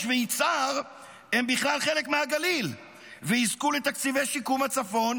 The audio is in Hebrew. ויצהר הם בכלל חלק מהגליל ויזכו לתקציבי שיקום הצפון?